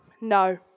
no